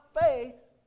faith